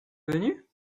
venu